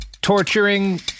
torturing